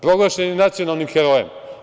Proglašen je nacionalnim herojem.